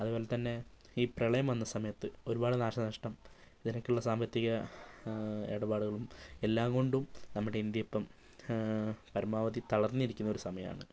അതുപോലെതന്നെ ഈ പ്രളയം വന്ന സമയത്ത് ഒരുപാട് നാശനഷ്ടം ഇതിനൊക്കെയുള്ള സാമ്പത്തിക ഇടപാടുകളും എല്ലാം കൊണ്ടും നമ്മുടെ ഇന്ത്യ ഇപ്പം പരമാവധി തളർന്നിരിക്കുന്ന ഒരു സമയമാണ്